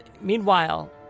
meanwhile